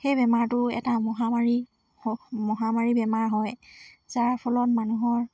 সেই বেমাৰটো এটা মহামাৰী মহামাৰী বেমাৰ হয় যাৰ ফলত মানুহৰ